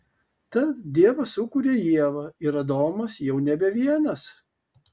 tad dievas sukuria ievą ir adomas jau nebe vienas